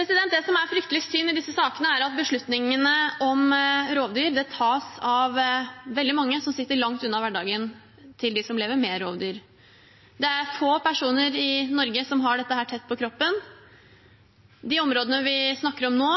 Det som er fryktelig synd i disse sakene, er at beslutningene om rovdyr tas av veldig mange som sitter langt unna hverdagen til dem som lever med rovdyr. Det er få personer i Norge som har dette tett på kroppen. Områdene vi snakker om nå,